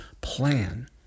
plan